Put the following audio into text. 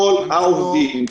כל העובדים,